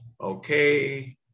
okay